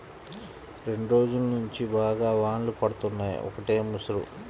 రెండ్రోజుల్నుంచి బాగా వానలు పడుతున్నయ్, ఒకటే ముసురు